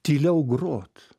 tyliau grot